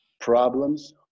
problems